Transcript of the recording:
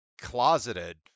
closeted